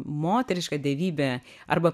moteriška dievybė arba